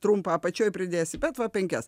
trumpą apačioj pridėsi bet va penkias